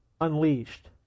unleashed